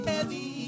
Heavy